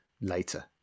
later